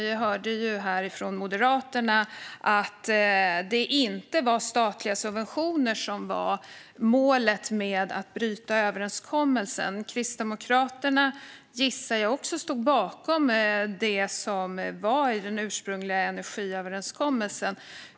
Vi hörde från Moderaterna att det inte var statliga subventioner som var målet med att bryta överenskommelsen, och jag gissar att även Kristdemokraterna stod bakom det som ingick i den ursprungliga energiöverenskommelsen.